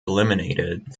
eliminated